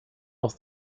aus